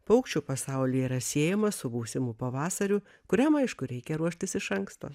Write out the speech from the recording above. paukščių pasaulyje yra siejama su būsimu pavasariu kuriam aišku reikia ruoštis iš anksto